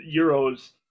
Euros